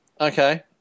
Okay